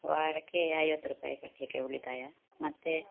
ವಾರಕ್ಕೆ ಐವತ್ತು ರೂಪಾಯಿ ಕಟ್ಟಲಿಕ್ಕೆ ಉಳಿತಾಯ ಮತ್ತೆ